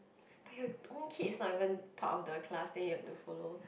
but your own kids not even part of the class then you have to follow